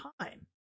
time